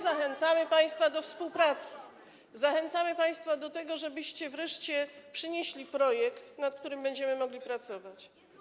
Zachęcamy państwa do współpracy, zachęcamy państwa do tego, żebyście wreszcie przynieśli projekt, nad którym będziemy mogli pracować.